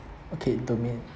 okay domain